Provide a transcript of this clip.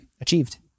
achieved